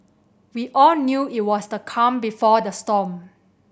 we all knew it was the calm before the storm